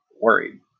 worried